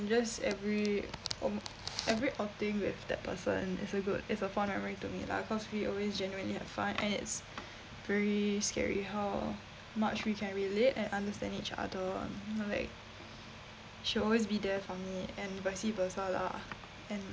just every almo~ every outing with that person is a good it's a fond memory to me lah cause we always genuinely have fun and it's very scary how much we can relate and understand each other on like she always be there for me and vice versa lah and